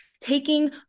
taking